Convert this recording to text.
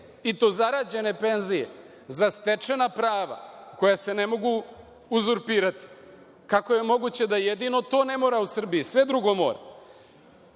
i to zarađene penzije, za stečena prava koja se ne mogu uzurpirati, kako je moguće da jedino to ne mora u Srbiji, a sve drugo